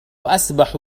أسبح